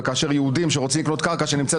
וכאשר יהודים שרוצים לקנות קרקע שנמצאת